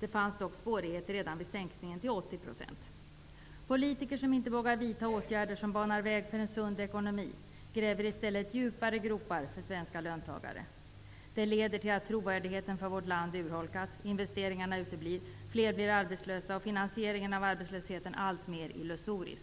Det fanns dock svårigheter redan vid sänkningen till Politiker som inte vågar vidta åtgärder som banar väg för en sund ekonomi gräver i stället djupare gropar för svenska löntagare, vilket leder till att trovärdigheten för vårt land urholkas, investeringarna uteblir, fler blir arbetslösa och finansieringen av arbetslösheten alltmer illusorisk.